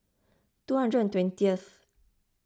two hundred and twentieth